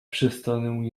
przestanę